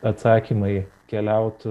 atsakymai keliauti